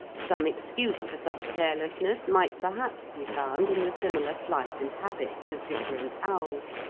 some excuse for such carelessness might perhaps be found in the similar flight and habits of different owls,